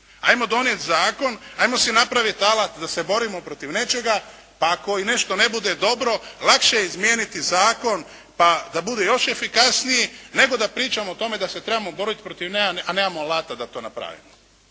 Ajmo donijeti zakon, ajmo si napraviti alat da se borimo protiv nečega, pa ako nešto i ne bude dobro lakše je izmijeniti zakon pa da bude još efikasniji nego da pričamo o tome da se trebamo boriti a nemamo alata da to napravimo.